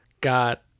got